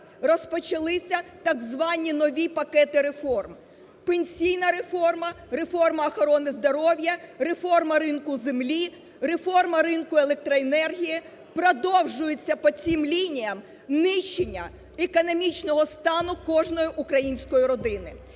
розпочалися так звані нові пакети реформ: пенсійна реформа, реформа охорони здоров'я, реформа ринку землі, реформа ринку електроенергії, продовжується по цим лініям нищення економічного стану кожної української родини.